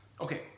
Okay